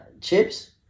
Chips